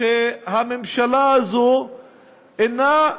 שהממשלה הזאת אינה,